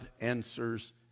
answers